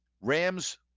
Rams